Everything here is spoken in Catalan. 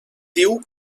diu